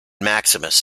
maximus